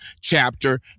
chapter